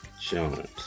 Jones